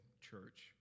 church